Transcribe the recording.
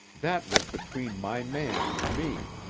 that was between my man and me.